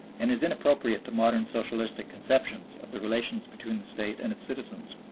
and is inappropriate to modern socialistic conceptions of the relations between the state and its citizens.